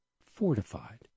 fortified